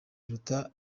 biruta